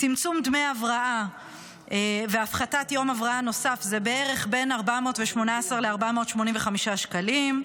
צמצום דמי הבראה והפחתת יום הבראה נוסף זה בערך בין 418 ל-485 שקלים,